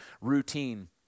routine